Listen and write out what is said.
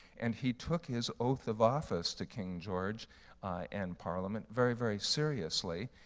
and he took his oath of office to king george and parliament very, very seriously.